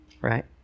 Right